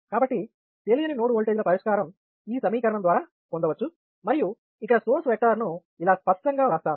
కాబట్టి తెలియని నోడ్ ఓల్టేజ్ల పరిష్కారం ఈ సమీకరణం ద్వారా పొందవచ్చు మరియు ఇక్కడ సోర్స్ వెక్టర్ను ఇలా స్పష్టంగా వ్రాస్తాను